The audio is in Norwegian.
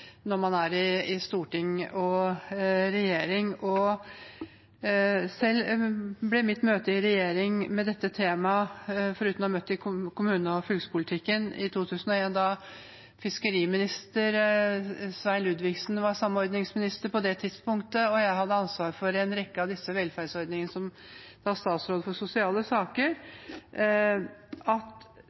når man er i storting og regjering. Selv fikk jeg mitt møte med dette temaet i regjering, foruten å ha møtt det i kommune- og fylkespolitikken, i 2001, da fiskeriminister Svein Ludvigsen var samordningsminister, og jeg som statsråd for sosiale saker hadde ansvaret for en rekke av velferdsordningene.